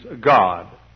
God